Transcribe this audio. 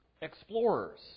explorers